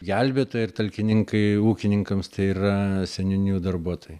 gelbėtojai ar talkininkai ūkininkams tai yra seniūnijų darbuotojai